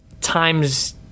times